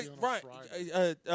right